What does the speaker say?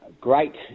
great